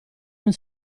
non